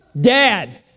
Dad